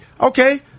Okay